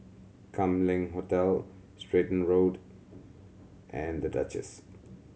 Kam Leng Hotel Stratton Road and The Duchess